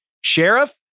Sheriff